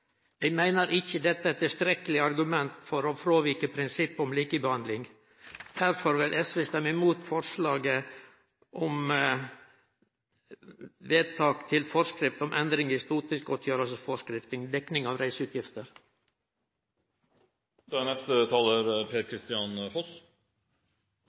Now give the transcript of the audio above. Eg meiner dette ikkje er eit tilstrekkeleg argument for å fråvike prinsippet om likebehandling. Derfor vil SV stemme mot forslaget til vedtak til forskrift om endring i stortingsgodtgjersleforskrifta, dekking av